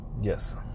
yes